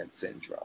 syndrome